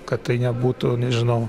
kad tai nebūtų nežinau